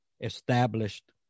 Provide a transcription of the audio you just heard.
established